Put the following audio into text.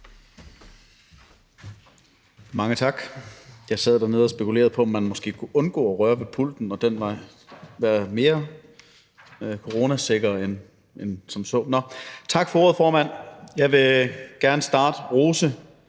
Mange tak. Jeg sad dernede og spekulerede på, om man måske kunne undgå at røre ved pulten. Nå, tak for ordet, formand. Jeg vil gerne starte med